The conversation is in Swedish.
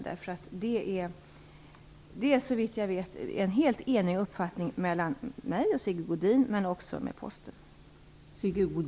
Det är såvitt jag vet en uppfattning som helt delas av mig och Sigge Godin men också av Posten.